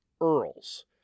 earls